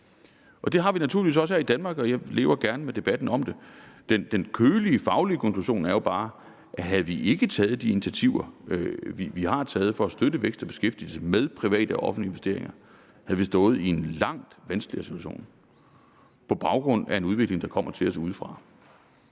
Det har vi naturligvis også her i Danmark, og jeg lever gerne med debatten om det. Den kølige, faglige konklusion er jo bare, at havde vi ikke taget de initiativer, vi har taget for at støtte vækst og beskæftigelse med private og offentlige investeringer, havde vi stået i en langt vanskeligere situation på baggrund af en udvikling, der kommer til os udefra.